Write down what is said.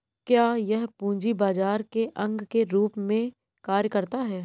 क्या यह पूंजी बाजार के अंग के रूप में कार्य करता है?